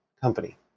company